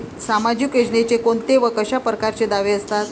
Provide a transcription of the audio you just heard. सामाजिक योजनेचे कोंते व कशा परकारचे दावे असतात?